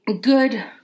good